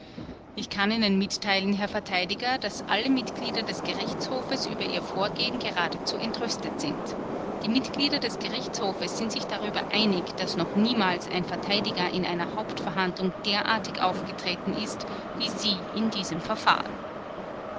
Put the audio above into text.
ich kann ihnen mitteilen herr verteidiger daß alle mitglieder des gerichtshofes über ihr vorgehen geradezu entrüstet sind die mitglieder des gerichtshofes sind sich darüber einig daß noch niemals ein verteidiger in einer hauptverhandlung derartig aufgetreten ist wie sie in diesem verfahren